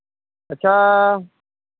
ᱟᱪᱪᱷᱟ